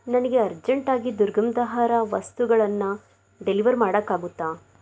ನನಗೆ ಅರ್ಜೆಂಟಾಗಿ ದುರ್ಗಂಧಹರ ವಸ್ತುಗಳನ್ನು ಡೆಲಿವರ್ ಮಾಡೋಕ್ಕಾಗುತ್ತಾ